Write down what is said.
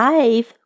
Five